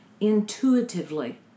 intuitively